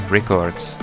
Records